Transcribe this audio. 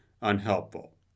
unhelpful